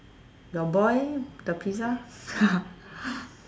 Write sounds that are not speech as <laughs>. your boy the pizza <laughs>